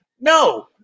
No